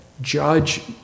judge